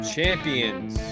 Champions